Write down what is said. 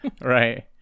Right